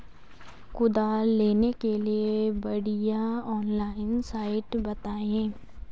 कुदाल लेने के लिए बढ़िया ऑनलाइन साइट बतायें?